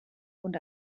und